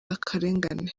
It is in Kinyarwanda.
akarengane